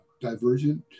divergent